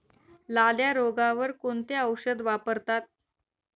लाल्या रोगावर कोणते औषध वापरतात?